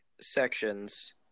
sections